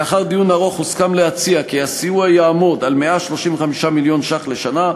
לאחר דיון ארוך הוסכם להציע כי הסיוע יעמוד על 135 מיליון ש"ח לשנה,